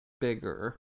bigger